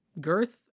girth